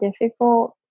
difficult